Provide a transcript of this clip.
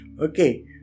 Okay